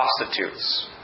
prostitutes